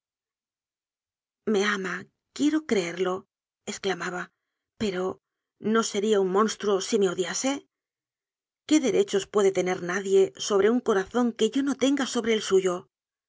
me ama quiero creerloexclamaba pero no sería un monstruo si me odiase qué derechos puede tener nadie sobre un corazón que yo no tenga sobre el suyo